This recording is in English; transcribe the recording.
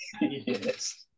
Yes